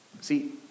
See